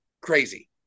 crazy